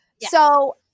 So-